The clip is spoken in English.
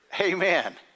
amen